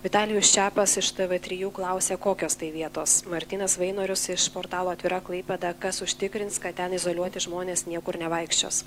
vitalijus čepas iš tv trijų klausė kokios tai vietos martynas vainorius iš portalo atvira klaipėda kas užtikrins kad ten izoliuoti žmonės niekur nevaikščios